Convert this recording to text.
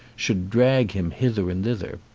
should drag him hither and thither.